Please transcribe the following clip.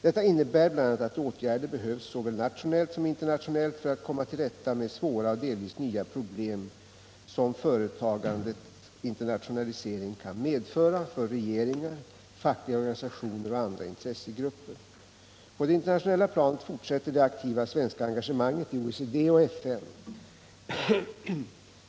Detta innebär bl.a. att åtgärder behövs såväl nationellt som internationellt för att komma till rätta med de svåra och delvis nya problem som företagandets internationalisering kan medföra för regeringar, fackliga organisationer och andra intressegrupper. På det internationella planet fortsätter det aktiva svenska engagemanget i OECD och FN.